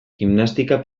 gimnastika